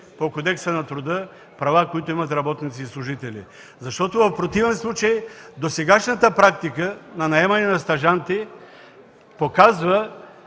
по Кодекса на труда права, които имат работниците и служителите, защото в противен случай досегашната практика на наемане на стажанти показва